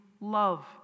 Love